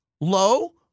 low